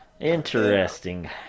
Interesting